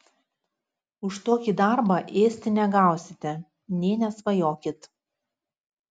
už tokį darbą ėsti negausite nė nesvajokit